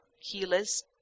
healers